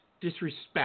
disrespect